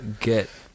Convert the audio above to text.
get